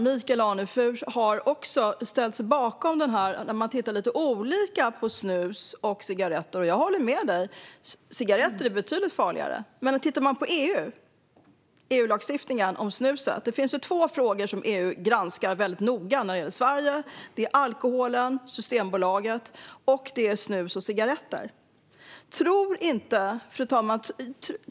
Michael Anefur har också ställt sig bakom att man ska titta lite olika på snus och cigaretter. Jag håller med dig om att cigaretter är betydligt farligare. Men det finns två frågor som EU granskar väldigt noga när det gäller Sverige, och det är alkoholen, Systembolaget, och snus och cigaretter.